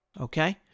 Okay